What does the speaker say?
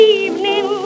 evening